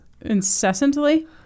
incessantly